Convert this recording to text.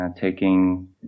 taking